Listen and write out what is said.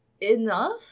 enough